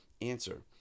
Answer